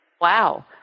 Wow